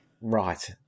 Right